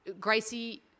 Gracie